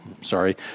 sorry